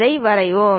அதை வரைவோம்